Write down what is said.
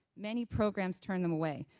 many programs turn them away.